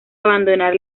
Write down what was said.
abandonar